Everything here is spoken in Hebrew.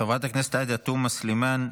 חברת הכנסת עאידה תומא סלימאן,